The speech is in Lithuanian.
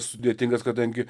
sudėtingas kadangi